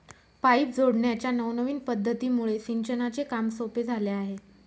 pipe जोडण्याच्या नवनविन पध्दतीमुळे सिंचनाचे काम सोपे झाले आहे